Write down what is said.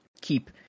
keep